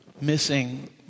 missing